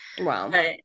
Wow